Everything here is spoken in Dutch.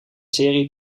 serie